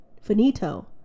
Finito